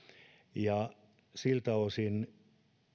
ja siltä osin